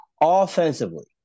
Offensively